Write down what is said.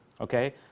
okay